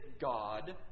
God